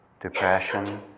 depression